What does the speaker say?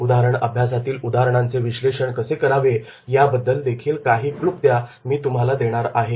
उदाहरण अभ्यासातील उदाहरणांचे विश्लेषण कसे करावे याबद्दल देखील काही क्लुप्त्या मी तुम्हाला देणार आहे